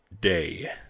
Day